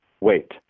wait